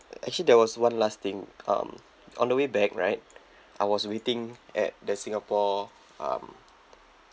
actually there was one last thing um on the way back right I was waiting at the singapore um